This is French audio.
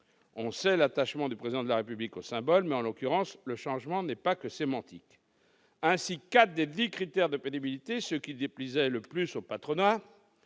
On sait l'attachement du Président de la République aux symboles, mais, en l'occurrence, le changement n'est pas que sémantique ... Ainsi, quatre des dix critères de pénibilité, ceux qui déplaisaient le plus au patronat,